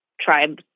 tribes